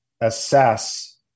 assess